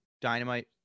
dynamite